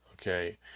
Okay